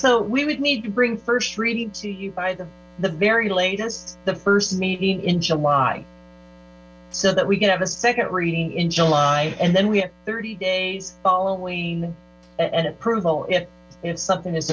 so we would need to bring first reading to you by the the very latest the first meeting in july so that we can have a second reading in july and then we have thirty days following an approval if something is